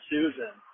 Susan